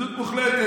התנגדות מוחלטת,